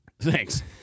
Thanks